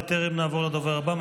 בטרם נעבור לדובר הבא,